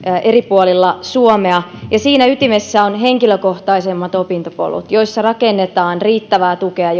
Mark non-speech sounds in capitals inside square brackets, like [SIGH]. eri puolilla suomea ja siinä ytimessä ovat henkilökohtaisemmat opintopolut joissa rakennetaan riittävää tukea [UNINTELLIGIBLE]